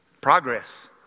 Progress